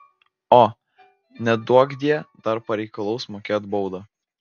o neduokdie dar pareikalaus mokėt baudą